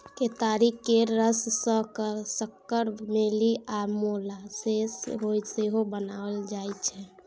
केतारी केर रस सँ सक्कर, मेली आ मोलासेस सेहो बनाएल जाइ छै